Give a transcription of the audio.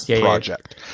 project